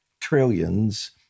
trillions